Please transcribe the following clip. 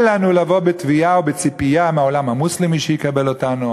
אל לנו לבוא בתביעה ובציפייה מהעולם המוסלמי שיקבל אותנו,